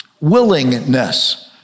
willingness